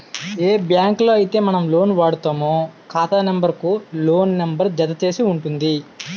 ఏ బ్యాంకులో అయితే మనం లోన్ వాడుతామో ఖాతా నెంబర్ కు లోన్ నెంబర్ జత చేసి ఉంటుంది